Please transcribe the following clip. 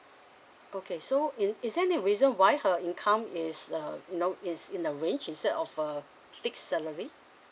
okay so is is there any reason why her income is uh you know is in the range instead of a fixed salary